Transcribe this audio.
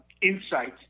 Insights